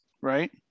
right